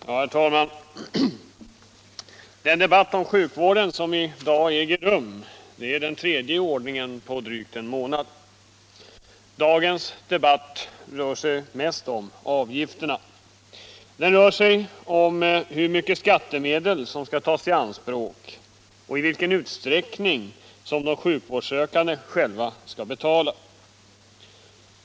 Herr talman! Den debatt om sjukvården som i dag äger rum är den tredje i ordningen på drygt en månad. Dagens debatt rör i huvudsak avgifterna. Den behandlar frågan om hur mycket skattemedel som skall tas i anspråk och i vilken utsträckning de sjukvårdssökande själva skall betala.